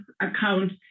account